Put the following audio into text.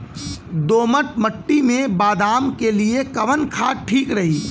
दोमट मिट्टी मे बादाम के लिए कवन खाद ठीक रही?